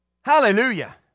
Hallelujah